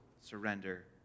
surrender